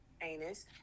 anus